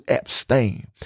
abstain